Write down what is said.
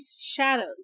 shadows